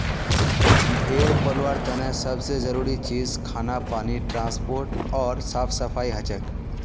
भेड़ पलवार तने सब से जरूरी चीज खाना पानी ट्रांसपोर्ट ओर साफ सफाई हछेक